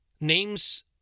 names